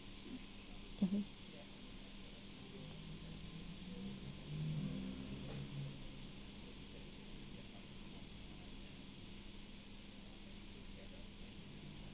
mmhmm